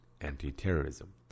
anti-terrorism